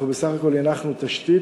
אנחנו בסך הכול הנחנו תשתית,